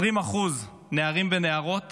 20% נערים ונערות